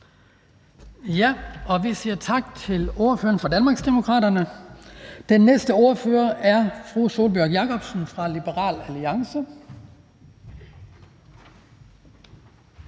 Vi siger tak til ordføreren for Danmarksdemokraterne. Den næste ordfører er fru Sólbjørg Jakobsen fra Liberal Alliance.